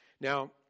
Now